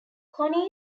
connie